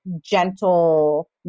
gentle